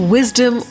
Wisdom